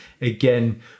again